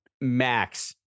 max